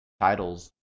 titles